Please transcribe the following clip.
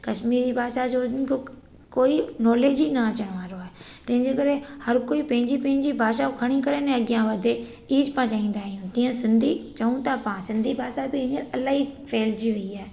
कशमीरी भाषा जो बुक कोई नॉलेज ई न अचण वारो आहे तंहिंजे करे हर कोई पंहिंजी पंहिंजी भाषाऊं खणी करे अने अॻियां वधे ईच पाण चाहींदा आहियूं तीअं सिंधी चऊं था पाण सिंधी भाषा ॿि हींअर अलाई फैलिजी वयी आहे